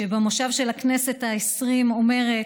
שבמושב של הכנסת העשרים אומרת: